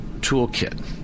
toolkit